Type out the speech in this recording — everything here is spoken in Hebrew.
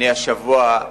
השבוע,